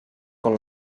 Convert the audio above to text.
con